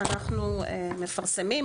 שאנחנו מפרסמים,